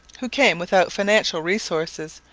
who came without financial resources,